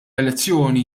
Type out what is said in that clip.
elezzjoni